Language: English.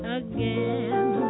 again